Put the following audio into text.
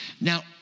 Now